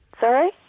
Sorry